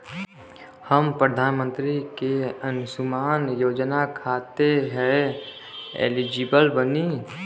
हम प्रधानमंत्री के अंशुमान योजना खाते हैं एलिजिबल बनी?